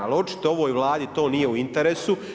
Ali očito ovoj Vladi to nije u interesu.